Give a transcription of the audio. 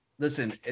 Listen